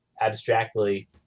abstractly